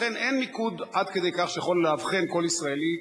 לכן, אין מיקוד עד כדי כך שיכול לאבחן כל ישראלי.